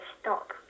stop